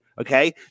okay